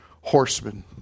horsemen